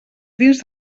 dins